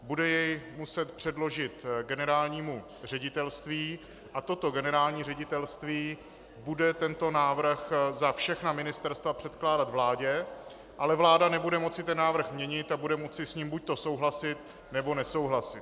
Bude jej muset předložit generálnímu ředitelství a toto generální ředitelství bude tento návrh za všechna ministerstva předkládat vládě, ale vláda nebude moci návrh měnit a bude s ním moci buďto souhlasit, nebo nesouhlasit.